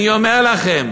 אני אומר לכם,